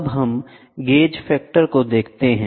अब हम gauge factor को देखते हैं